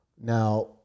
Now